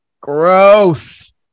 Gross